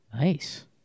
Nice